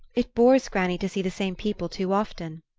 it bores granny to see the same people too often.